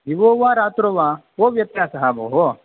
दिवो रात्रौ वा को व्यत्यासः भोः